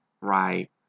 right